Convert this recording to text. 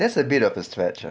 that's a bit of a stretch ah